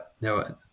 no